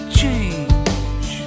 change